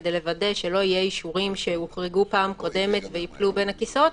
כדי לוודא שלא יהיו אישורים שהוחרגו בפעם הקודמת וייפלו בין הכיסאות,